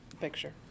picture